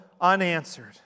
unanswered